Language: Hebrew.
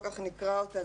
אחר כך נקרא אותה,